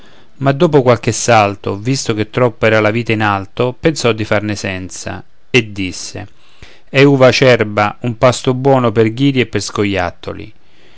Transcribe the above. ma dopo qualche salto visto che troppo era la vite in alto pensò di farne senza e disse è un'uva acerba un pasto buono per ghiri e per scoiattoli